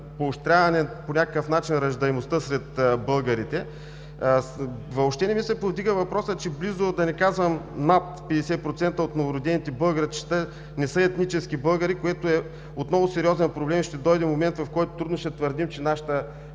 по някакъв начин на раждаемостта сред българите. Въобще не ми се повдига въпросът, че близо – да не казвам над 50% от новородените българчета, не са етнически българи, което отново е сериозен проблем. Ще дойде момент, в който трудно ще твърдим, че нашата,